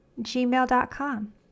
gmail.com